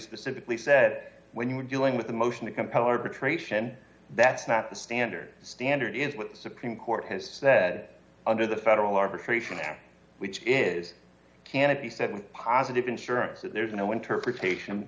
specifically said that when you are dealing with a motion to compel arbitration that's not the standard standard is what supreme court has said under the federal arbitration act which is can it be said with positive insurance that there's no interpretation